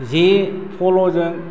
जे फल'जों